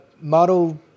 Model